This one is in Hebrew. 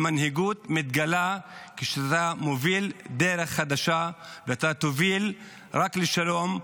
מנהיגות מתגלה כשאתה מוביל דרך חדשה אתה תוביל רק לשלום,